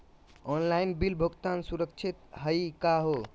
Online bill भुगतान सुरक्षित हई का हो?